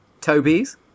Toby's